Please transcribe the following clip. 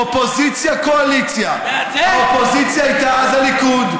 אופוזיציה-קואליציה: האופוזיציה הייתה אז הליכוד,